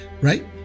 right